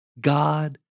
God